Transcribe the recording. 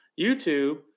YouTube